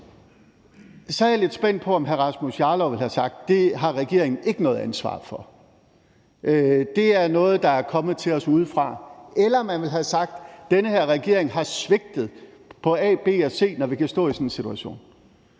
så er jeg lidt spændt på, om hr. Rasmus Jarlov ville have sagt, at det har regeringen ikke noget ansvar for, for det er noget, der er kommet til os udefra. Eller om man ville have sagt: Den her regering har svigtet på a, b og c, når vi kan stå i sådan en situation.